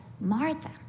Martha